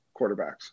quarterbacks